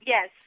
Yes